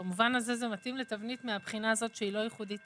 במובן הזה זה מתאים לתבנית מהבחינה הזאת שהיא לא ייחודית